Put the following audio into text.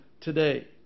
today